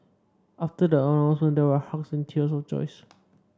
after the announcement there were hugs and tears of joys